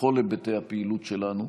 בכל היבטי הפעילות שלנו,